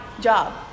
job